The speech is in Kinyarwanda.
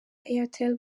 airtel